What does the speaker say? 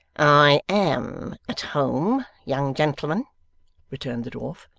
i am at home, young gentleman returned the dwarf.